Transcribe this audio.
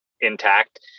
intact